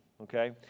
okay